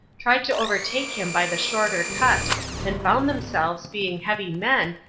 tried to overtake him by the shorter cut and found themselves, being heavy men,